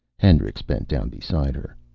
hendricks bent down beside her.